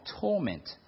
torment